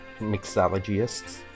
mixologyists